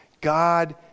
God